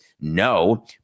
No